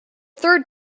third